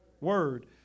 Word